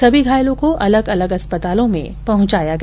सभी घायलों को अलग अलग अस्पतालों में पहुंचाया गया